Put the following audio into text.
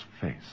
face